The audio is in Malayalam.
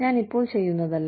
ഞാനിപ്പോൾ ചെയ്യുന്നതല്ല